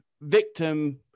victim